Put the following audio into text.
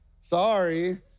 Sorry